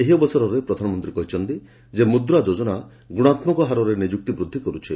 ଏହି ଅବସରରେ ପ୍ରଧାନମନ୍ତୀ କହିଲେ ଯେ ମୁଦ୍ରା ଯୋଜନା ଗୁଶାତ୍ମକ ହାରରେ ନିଯୁକ୍ତି ବୃକ୍ଧି କରୁଛି